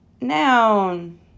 noun